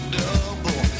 double